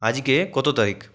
আজকে কত তারিখ